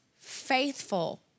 faithful